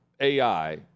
AI